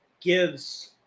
gives